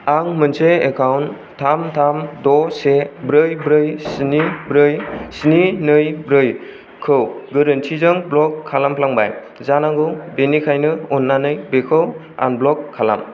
आं मोनसे एकाउन्ट थाम थाम द' से ब्रै ब्रै स्नि ब्रै स्नि नै ब्रै खौ गोरोन्थिजों ब्लक खालामफ्लांबाय जानांगौ बेनिखायनो अन्नानै बेखौ आनब्लक खालाम